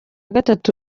gatatu